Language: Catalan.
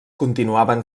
continuaven